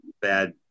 bad